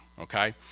okay